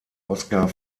oskar